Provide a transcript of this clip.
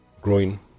Growing